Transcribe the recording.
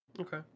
Okay